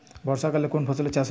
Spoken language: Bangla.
বর্ষাকালে কোন ফসলের চাষ হয়?